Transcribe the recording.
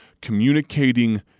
communicating